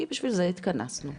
בשביל זה התכנסנו.